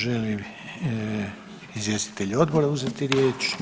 Žele li izvjestitelji odbora uzeti riječ?